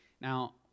Now